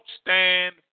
stand